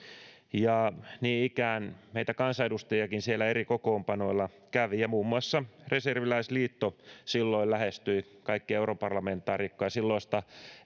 niin ikään meitä kansanedustajiakin siellä eri kokoonpanoilla kävi ja muun muassa reserviläisliitto silloin lähestyi kaikkia europarlamentaarikkoja silloista